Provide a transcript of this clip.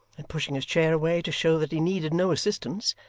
and pushing his chair away to show that he needed no assistance,